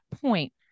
point